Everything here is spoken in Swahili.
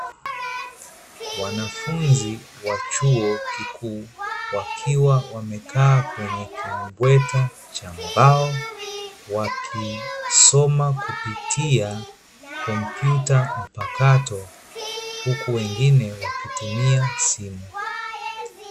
Wanafunzi wa chuo kikuu wakiwa wamekaa kwenye kimbweta cha mbao, wakisoma kupitia kompyuta mpakato huku wengine wakitumia simu.